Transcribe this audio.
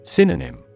Synonym